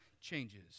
changes